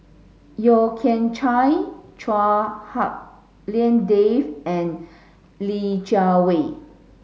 Yeo Kian Chye Chua Hak Lien Dave and Li Jiawei